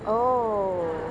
oh